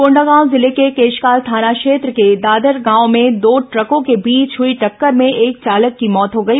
कोंडागांव जिले के केशकाल थाना क्षेत्र के दादर गांव में दो ट्रकों के बीच हुई टक्कर में एक चालक की मौत हो गई